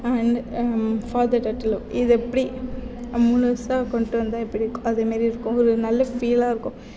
father daughter love இதை எப்படி முழுசாக கொண்டு வந்தால் எப்படிருக்கும் அது மாதிரிருக்கும் ஒரு நல்ல ஃபீலாயிருக்கும்